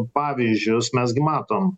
pavyzdžius mes gi matom